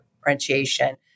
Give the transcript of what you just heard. differentiation